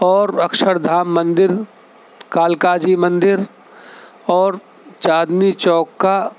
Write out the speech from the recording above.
اور اکشردھام مندر کالکا جی مندر اور چاندی چوک کا